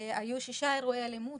היו שישה אירועי אלימות,